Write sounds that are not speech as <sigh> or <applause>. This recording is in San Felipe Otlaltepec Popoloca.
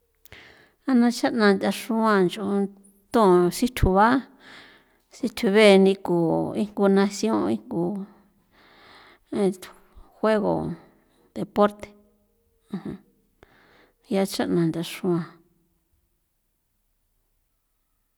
A na xa'na ntha xruan nch'o nton sithju ba sithju beni ku inku nacio inku <hesitation> juego deporte <noise> ya ncha'na ntha xr'uan.